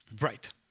Right